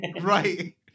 Right